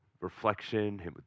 reflection